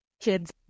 kids